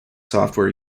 software